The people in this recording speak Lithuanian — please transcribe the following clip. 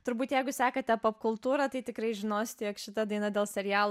turbūt jeigu sekate popkultūrą tai tikrai žinosite jog šita daina dėl serialo